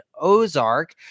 Ozark